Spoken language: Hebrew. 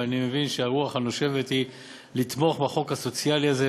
ואני מבין שהרוח הנושבת היא לתמוך בחוק הסוציאלי הזה,